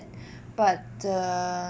but the